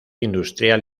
industrial